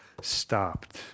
stopped